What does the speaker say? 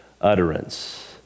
utterance